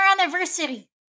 anniversary